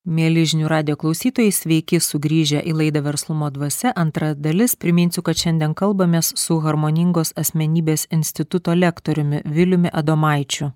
mieli žinių radijo klausytojai sveiki sugrįžę į laidą verslumo dvasia antra dalis priminsiu kad šiandien kalbamės su harmoningos asmenybės instituto lektoriumi viliumi adomaičiu